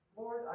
Lord